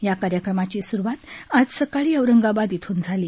या कार्यक्रमाची सुरुवात आज सकाळी औरंगाबाद इथून झाली